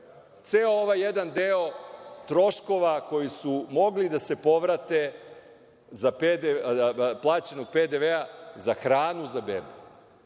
ceo ovaj jedan deo troškova koji su mogli da se povrate za plaćeni PDV za hranu za bebe